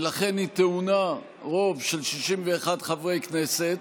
ולכן היא טעונה רוב של 61 חברי כנסת.